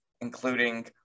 including